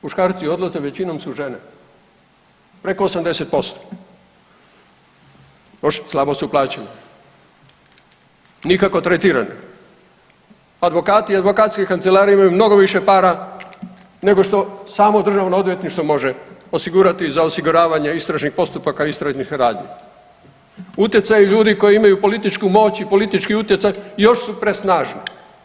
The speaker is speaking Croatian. Muškarci odlaze, većinom su žene preko 80%, … slabo su plaćeni, nikako tretirani, advokati i advokatske kancelarije imaju mnogo više para nego što samo državno odvjetništvo može osigurati za osiguravanje istražnih postupaka i istražnih radnji, utjecaju ljudi koji imaju političku moć i politički utjecaj još su presnažna.